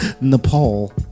Nepal